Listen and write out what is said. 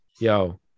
Yo